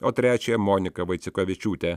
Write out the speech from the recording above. o trečiąją monika vaiciukevičiūtė